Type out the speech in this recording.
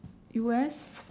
U_S